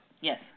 Yes